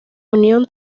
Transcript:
unión